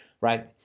right